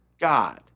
God